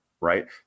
right